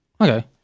Okay